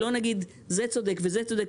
ולא נגיד שזה צודק וזה צודק,